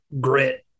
Grit